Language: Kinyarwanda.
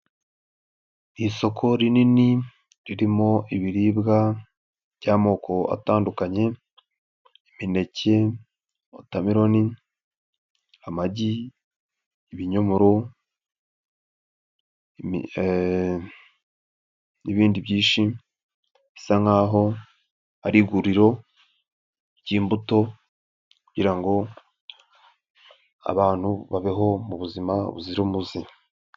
Ni isoko rinini ririmo ibiribwa by'amoko atandukanye imineke, watermelon, amagi, ibinyomoro n'ibindi byinshi, bisa nkaho ari iguriro ry'imbuto kugira ngo abantu babeho mu buzima buzira umuze.